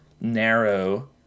narrow